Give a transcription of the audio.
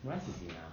rice is enough